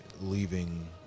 leaving